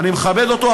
אני מכבד אותו,